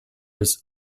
his